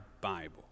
Bible